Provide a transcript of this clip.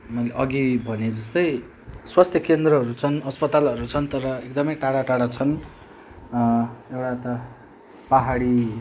मैले अघि भनेजस्तै स्वास्थ्य केन्द्रहरू छन् अस्पतालहरू छन् तर एकदमै टाढा टाढा छन् एउटा त पाहाडी